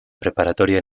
preparatoria